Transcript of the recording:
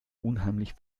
unheimlich